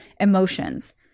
emotions